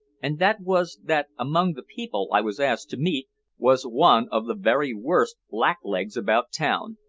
and that was that among the people i was asked to meet was one of the very worst blacklegs about town.